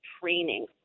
training